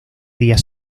días